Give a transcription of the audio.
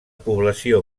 població